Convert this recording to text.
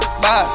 Five